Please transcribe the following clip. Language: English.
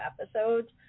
episodes